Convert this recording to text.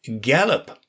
GALLOP